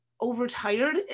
Overtired